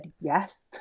yes